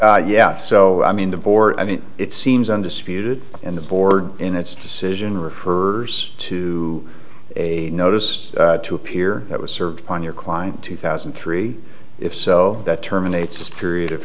order yet so i mean the board i mean it seems undisputed and the board in its decision refers to a notice to appear that was served on your client two thousand and three if so that terminates a period of